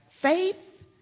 Faith